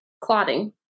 clotting